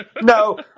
No